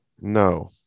no